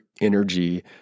energy